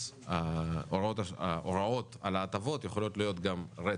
אז הוראות על ההטבות יכולות להיות גם רטרו.